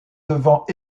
devant